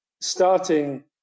starting